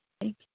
Thank